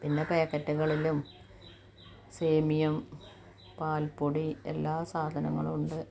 പിന്നെ പാക്കറ്റുകളിലും സേമിയം പാൽപ്പൊടി എല്ലാ സാധനങ്ങളും ഉണ്ട്